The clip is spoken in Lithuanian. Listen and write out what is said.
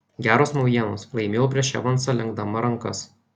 geros naujienos laimėjau prieš evansą lenkdama rankas